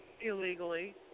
Illegally